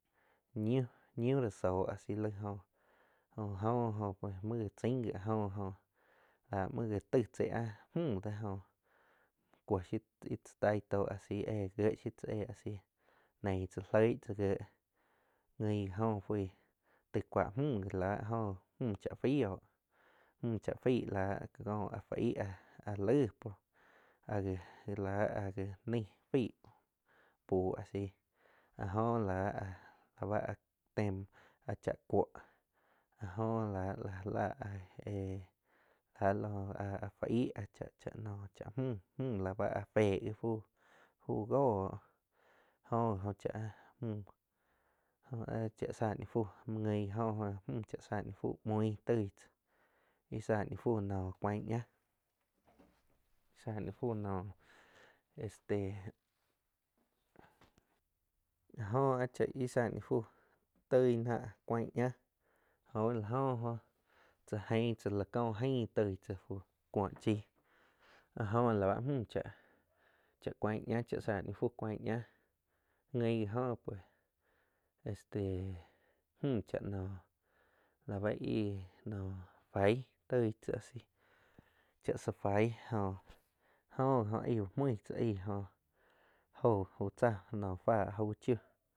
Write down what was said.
Ñiu, ñiu ra zó asi laig go la go oh muo chaing gi áh jó la muoh já taig chai áh mju do jo cuo shiu tza taig tó asi eh gie shiu tzá éh áh sih eing tzá loig tzá gie tzá guin gi jo, tai cua mju gi la áh jo mju chaa faig jóh, mju chaa faig láh kó áh fu aig áh laig, áh ga naig fai bu asi, áh jo láh áh tema áh chaa cuóh áh jó la-la ja la áh éh ha fu aigh cha nuam cha mju-mju la ba áh féh gi fu góo jo ih oh cha mju áh cha sáh ni fú muo guin jo mju cha tzá ni fu muig toig tzá íh tzá ni fú cuain ña, sáh ni fu naum este, jó ih chaa tza ni fu toi ná cuiag ña jo gi la jó oh cha eing tzá láh có aing fu cuo chi jo lau mju chaa cha cuaig ña cha sáh ni fú cuaig ñah guin guin ji jo este mju cha nóh la ba ih nó fai toig tsá asi cha tsa fai oh jo gi oh aig uh muig tzá aig óh jo úh tzá fá au chiu.